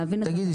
להבין -- תגידי,